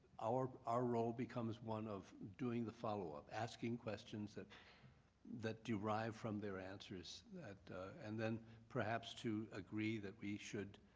our our role becomes one of doing the follow-up, asking questions that that derive from their answers and then perhaps to agree that we should